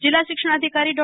જિલ્લા શિક્ષણાઘિકારી ડો